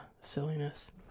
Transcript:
silliness